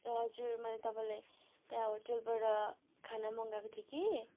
ए हजुर मैले तपाईँलाई त्यहाँ होटेलबाट खाना मगाएको थिएँ कि